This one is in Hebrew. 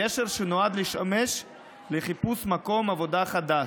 גשר שנועד לשמש לחיפוש מקום עבודה חדש,